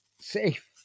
safe